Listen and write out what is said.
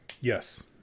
Yes